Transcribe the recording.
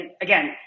again